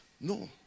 No